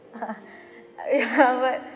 ah ya but